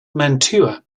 mantua